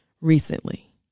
recently